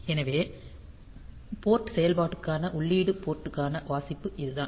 எனவே போர்ட் செயல்பாட்டிற்கான உள்ளீட்டு போர்ட் கான வாசிப்பு இதுதான்